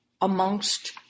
amongst